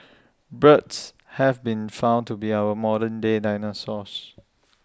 birds have been found to be our modern day dinosaurs